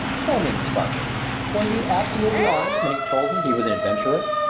tell me, miss parker was he absolutely honest when he told me he was an adventurer?